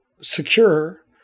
secure